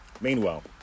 Meanwhile